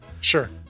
Sure